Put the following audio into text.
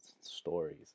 stories